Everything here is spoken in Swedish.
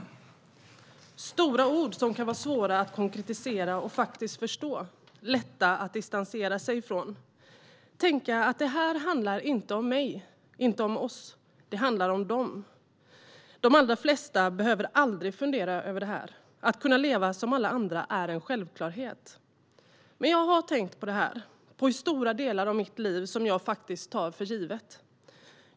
Det är stora ord som kan vara svåra att konkretisera och faktiskt förstå men lätta att distansera sig från, att tänka att detta inte handlar om mig eller om oss utan om dem. De allra flesta behöver aldrig fundera. Att leva som alla andra är en självklarhet. Jag har tänkt på dessa frågor, på hur stora delar av mitt liv som jag faktiskt tar för givet.